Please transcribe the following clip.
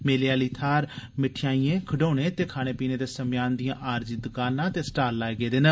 मेले आली थाहर मठेआइएं खडौने ते खाने पीने दे सम्यान दियां आरजी दकानां ते स्टाल लाए गेदे न